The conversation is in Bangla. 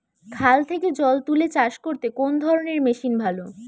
খাল থেকে জল তুলে চাষ করতে কোন ধরনের মেশিন ভালো?